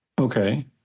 Okay